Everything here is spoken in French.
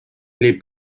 les